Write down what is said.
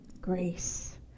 grace